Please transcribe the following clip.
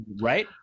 right